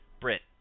Brit